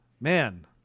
man